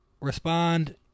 respond